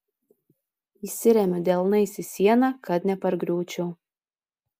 įsiremiu delnais į sieną kad nepargriūčiau